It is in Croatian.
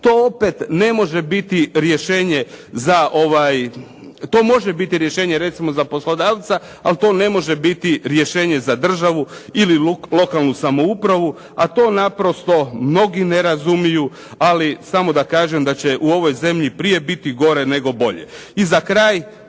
za, to može biti rješenje recimo za poslodavca ali to ne može biti rješenje za državu ili lokalnu samoupravu a to naprosto mnogi ne razumiju ali samo da kažem da će u ovoj zemlji prije biti gore nego bolje.